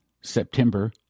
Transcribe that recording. September